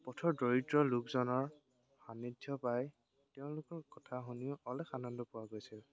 পথৰ দৰিদ্ৰ লোকজনৰ সান্নিধ্য পাই তেওঁলোকৰ কথা শুনিও অলেখ আনন্দ পোৱা গৈছিল